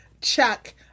Chuck